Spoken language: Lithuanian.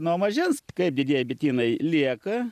nuo mažens kaip didieji bitynai lieka